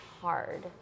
hard